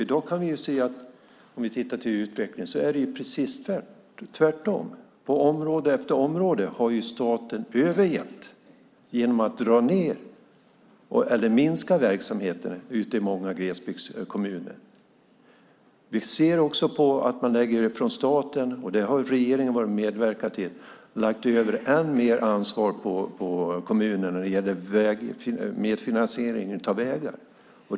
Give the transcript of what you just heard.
I dag är det precis tvärtom med utvecklingen. På område efter område har staten övergett glesbygdskommunerna genom att dra ned på eller minska verksamheterna i många av dem. Vi ser också att man från staten - och detta har regeringen medverkat till - har lagt över än mer ansvar på kommunerna när det gäller medfinansiering av vägar.